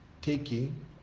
Taking